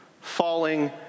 falling